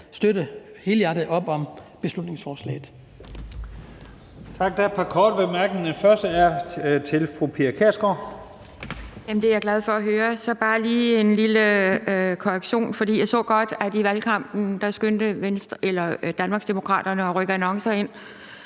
støtte helhjertet op om beslutningsforslaget.